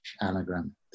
anagram